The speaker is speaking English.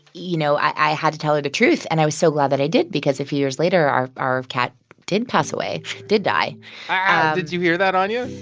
you know, i had to tell her the truth. and i was so glad that i did because a few years later, our our cat did pass away did die did you hear that, anya?